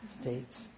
states